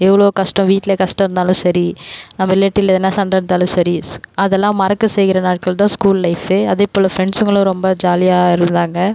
எவ்வளோ கஷ்டம் வீட்டில் கஷ்டம் இருந்தாலும் சரி நம்ம ரிலேட்டிவில் எதனா சண்டை இருந்தாலும் சரி அதல்லாம் மறக்க செய்கிற நாட்கள் தான் ஸ்கூல் லைஃப் அதேபோல் ஃப்ரெண்ட்ஸ்ங்களும் ரொம்ப ஜாலியாக இருந்தாங்க